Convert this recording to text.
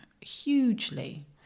hugely